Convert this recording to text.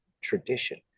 tradition